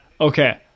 okay